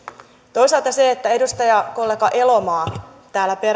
toisaalta edustajakollega elomaa täällä